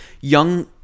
young